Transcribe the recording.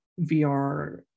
VR